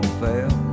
fell